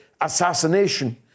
assassination